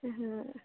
हँ